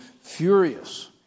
furious